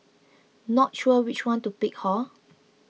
not sure which one to pick hor